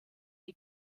die